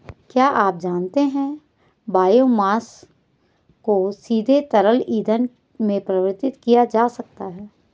क्या आप जानते है बायोमास को सीधे तरल ईंधन में परिवर्तित किया जा सकता है?